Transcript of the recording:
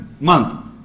month